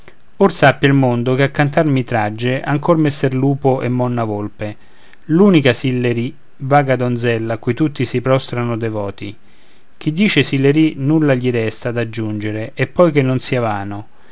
sappia il mondo che a cantar mi tragge ancora messer lupo e monna volpe l'unica sillery vaga donzella a cui tutti si prostrano devoti chi dice sillery nulla gli resta d'aggiungere di poi che non sia vano